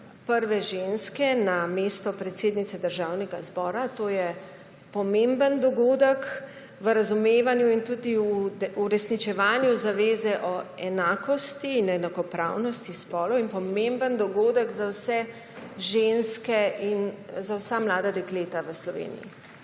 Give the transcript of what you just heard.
prve ženske na mesto predsednice Državnega zbora. To je pomemben dogodek v razumevanju in tudi v uresničevanju zaveze o enakosti in enakopravnosti spolov in pomemben dogodek za vse ženske in za vsa mlada dekleta v Sloveniji.